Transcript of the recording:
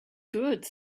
good